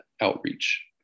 outreach